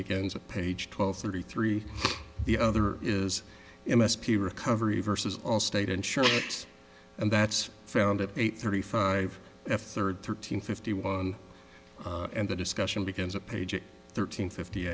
begins at page twelve thirty three the other is m s p recovery versus allstate insurance and that's found at eight thirty five f third thirteen fifty one and the discussion begins at page thirteen fifty